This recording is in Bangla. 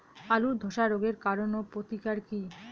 আলুর ধসা রোগের কারণ ও প্রতিকার কি?